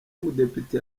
mudepite